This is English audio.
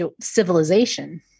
civilization